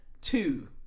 two